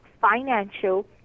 Financial